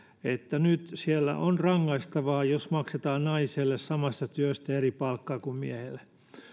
että nyt siellä on rangaistavaa jos maksetaan naiselle samasta työstä eri palkkaa kuin miehelle